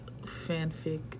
fanfic